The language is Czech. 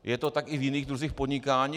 Je to tak i v jiných druzích podnikání?